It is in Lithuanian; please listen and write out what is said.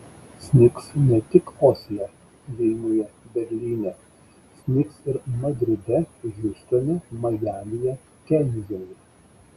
snigs ne tik osle vilniuje berlyne snigs ir madride hjustone majamyje kenijoje